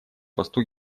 посту